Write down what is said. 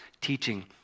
teaching